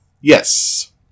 Yes